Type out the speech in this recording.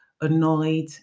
annoyed